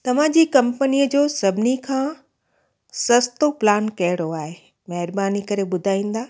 तव्हांजी कंपनीअ जो सभिनी खां सस्तो प्लान कहिड़ो आहे महिरबानी करे ॿुधाईंदा